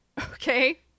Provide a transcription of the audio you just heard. Okay